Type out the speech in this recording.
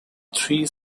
three